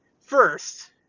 first